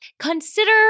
Consider